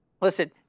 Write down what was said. listen